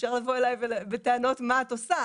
אפשר לבוא אליי בטענות מה את עושה,